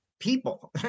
People